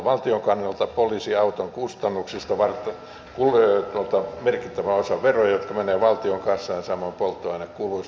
valtion kannalta poliisiauton kustannuksista merkittävä osa on veroja jotka menevät valtion kassaan samoin polttoainekuluistakin